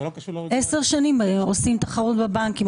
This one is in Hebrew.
עשר שנים שעושים תחרות בבנקים.